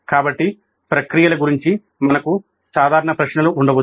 కాబట్టి ప్రక్రియల గురించి మనకు సాధారణ ప్రశ్నలు ఉండవచ్చు